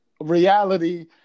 reality